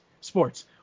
sports